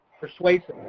persuasive